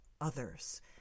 others